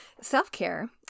self-care